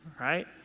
right